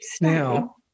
Now